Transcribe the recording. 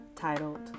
titled